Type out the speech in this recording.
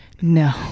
no